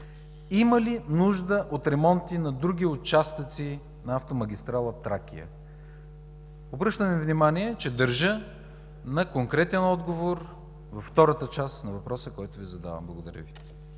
Има ли нужда от ремонти на други участъци на автомагистрала Тракия? Обръщам Ви внимание, че държа на конкретен отговор във втората част на въпроса, който Ви зададох.